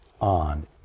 on